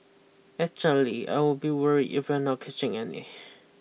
actually I would be worried if we're not catching any